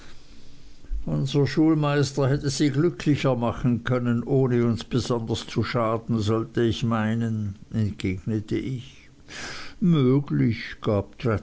unser schulmeister hätte sie glücklicher machen können ohne uns besonders zu schaden sollte ich meinen entgegnete ich möglich gab